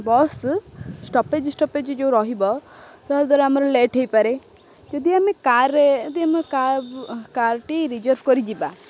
bus stoppage stoppage ଯେଉଁ ରହିବ ତା'ଦ୍ୱାରା ଆମର ଲେଟ୍ ହେଇପାରେ ଯଦି ଆମେ କାର୍ରେ ଯଦି ଆମ କାର୍ଟି ରିଜର୍ଭ କରିଯିବା